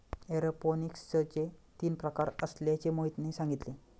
एरोपोनिक्सचे तीन प्रकार असल्याचे मोहनने सांगितले